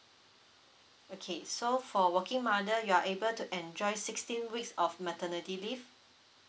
okay so for working mother you are able to enjoy sixteen weeks of maternity leave